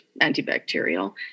antibacterial